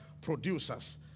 producers